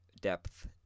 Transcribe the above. depth